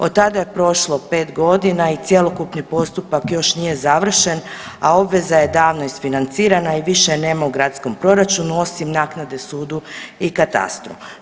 Od tada je prošlo 5 godina i cjelokupni postupak još nije završen, a obveza je davno isfinancirana i više je nema u gradskom proračunu osim naknade sudu i katastru.